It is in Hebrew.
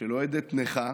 של אוהדת נכה